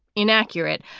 inaccurate.